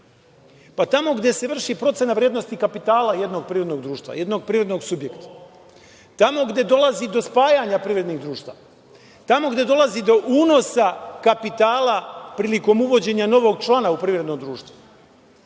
Tamo gde se vrši procena vrednosti kapitala jednog privrednog društva, jednog privrednog subjekta, tamo gde dolazi do spajanja privrednih društava, tamo gde dolazi do unosa kapitala prilikom uvođenja novog člana u privredno društvo,